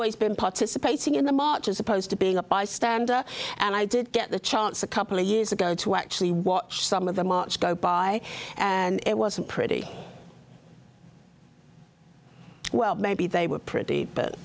always been participating in the macho as opposed to being a bystander and i did get the chance a couple of years ago to actually watch some of the march go by and it wasn't pretty well maybe they were pretty